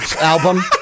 album